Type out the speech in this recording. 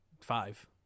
five